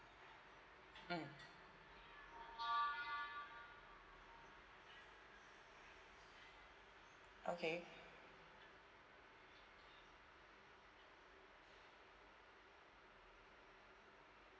mm okay